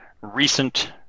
recent